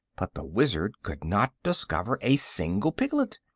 but the wizard could not discover a single piglet.